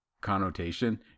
connotation